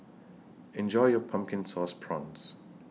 Enjoy your Pumpkin Sauce Prawns